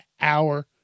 hour